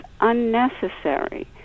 unnecessary